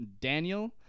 Daniel